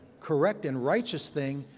correct and righteous thing,